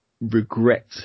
regret